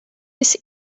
his